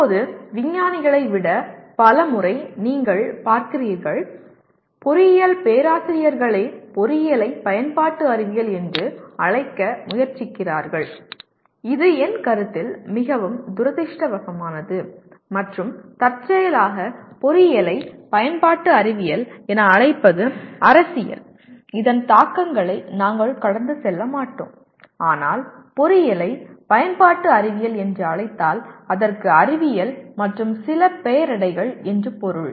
இப்போது விஞ்ஞானிகளை விட பல முறை நீங்கள் பார்க்கிறீர்கள் பொறியியல் பேராசிரியர்களே பொறியியலை பயன்பாட்டு அறிவியல் என்று அழைக்க முயற்சிக்கிறார்கள் இது என் கருத்தில் மிகவும் துரதிர்ஷ்டவசமானது மற்றும் தற்செயலாக பொறியியலை பயன்பாட்டு அறிவியல் என அழைப்பது அரசியல் இதன் தாக்கங்களை நாங்கள் கடந்து செல்ல மாட்டோம் ஆனால் பொறியியலை பயன்பாட்டு அறிவியல் என்று அழைத்தால் அதற்கு அறிவியல் மற்றும் சில பெயரடைகள் என்று பொருள்